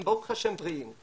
ברוך השם בריאים.